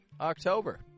October